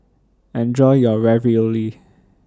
Enjoy your Ravioli